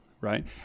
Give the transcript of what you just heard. right